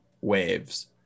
waves